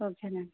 okay అండి